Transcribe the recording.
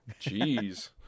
jeez